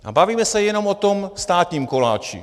A bavíme se jenom o tom státním koláči.